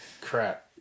crap